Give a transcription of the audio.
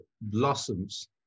blossoms